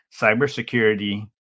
cybersecurity